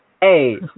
Hey